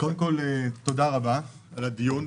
קודם כול, תודה רבה על הדיון.